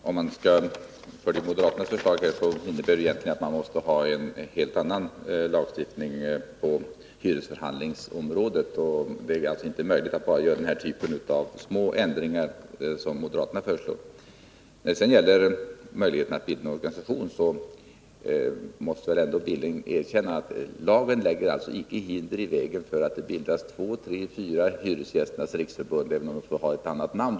Herr talman! Om man skall genomföra moderaternas förslag måste man ha en helt annan lagstiftning på hyresförhandlingsområdet. Det är alltså inte möjligt att företa bara den typ av små ändringar som moderaterna föreslår. När det gäller möjligheterna att bilda organisation måste väl Knut Billing ändå erkänna att lagen icke lägger hinder i vägen för att det bildas ytterligare två, tre eller fyra Hyresgästernas riksförbund, även om de då måste ha andra namn.